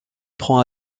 prend